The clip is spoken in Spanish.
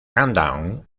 countdown